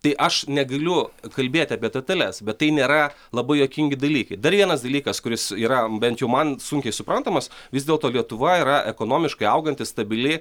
tai aš negaliu kalbėti apie detales bet tai nėra labai juokingi dalykai dar vienas dalykas kuris yra bent jau man sunkiai suprantamas vis dėlto lietuva yra ekonomiškai auganti stabili